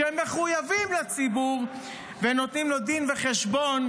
שמחויבים לציבור ונותנים לו דין וחשבון,